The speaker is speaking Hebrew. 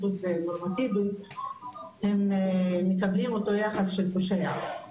הם מקבלים אותו יחס של פושע.